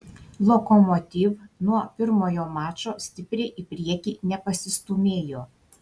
lokomotiv nuo pirmojo mačo stipriai į priekį nepasistūmėjo